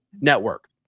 Network